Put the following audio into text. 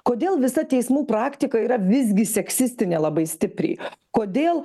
kodėl visa teismų praktika yra visgi seksistinė labai stipriai kodėl